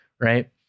right